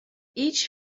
each